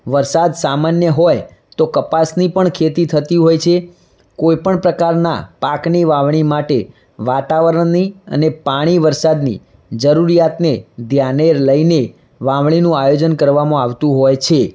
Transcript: વરસાદ સામાન્ય હોય તો કપાસની પણ ખેતી થતી હોય છે કોઈપણ પ્રકારના પાકની વાવણી માટે વાતાવરણની અને પાણી વરસાદની જરૂરીયાતને ધ્યાને લઈને વાવણીનું આયોજન કરવામાં આવતું હોય છે